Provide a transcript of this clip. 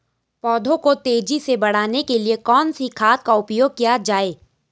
पौधों को तेजी से बढ़ाने के लिए कौन से खाद का उपयोग किया जाए?